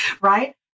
right